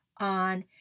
on